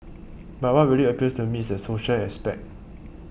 but what really appeals to me is the social aspect